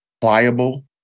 pliable